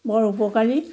বৰ উপকাৰী